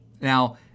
Now